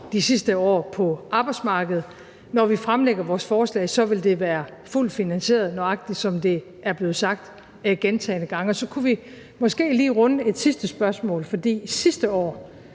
de sidste år på arbejdsmarkedet. Når vi fremlægger vores forslag, vil det være fuldt finansieret – nøjagtig som det er blevet sagt gentagne gange. Så kunne vi måske lige runde et sidste spørgsmål. For sidste år